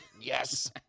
Yes